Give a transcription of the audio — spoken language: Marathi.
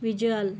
व्हिज्युअल